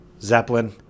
Zeppelin